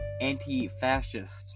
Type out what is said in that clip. anti-fascist